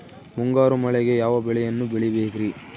ಮುಂಗಾರು ಮಳೆಗೆ ಯಾವ ಬೆಳೆಯನ್ನು ಬೆಳಿಬೇಕ್ರಿ?